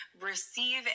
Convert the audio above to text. receive